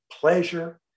pleasure